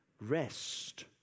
rest